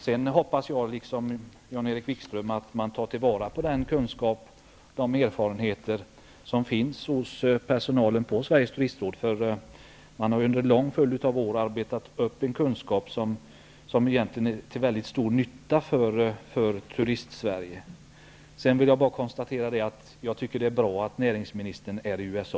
Jag hoppas, liksom Jan-Erik Wikström, att man tar till vara den kunskap och de erfarenheter som finns hos personalen på Sveriges turistråd. Där har man under lång följd av år arbetat upp en kunskap som egentligen är till mycket stor nytta för Turistsverige. Jag vill bara konstatera att jag tycker att det är bra att näringsministern är i USA.